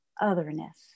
otherness